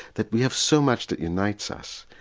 that we have so much that unites us.